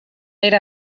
era